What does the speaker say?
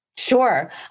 Sure